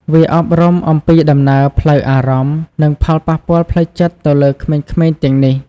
វាអប់រំអំពីដំណើរផ្លូវអារម្មណ៍ និងផលប៉ះពាល់ផ្លូវចិត្តទៅលើក្មេងៗទាំងនេះ។